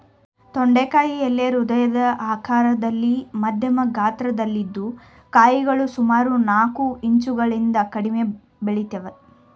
ತೊಂಡೆಕಾಯಿ ಎಲೆ ಹೃದಯ ಆಕಾರದಲ್ಲಿ ಮಧ್ಯಮ ಗಾತ್ರದಲ್ಲಿದ್ದು ಕಾಯಿಗಳು ಸುಮಾರು ನಾಲ್ಕು ಇಂಚುಗಳಿಗಿಂತ ಕಡಿಮೆ ಬೆಳಿತವೆ